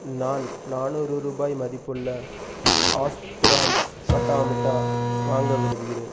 நான் நானுறு ரூபாய் மதிப்புள்ள ஹாஸ்திராம்ஸ் கட்டா மீட்டா வாங்க விரும்புகிறேன்